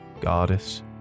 Goddess